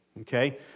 okay